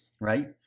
right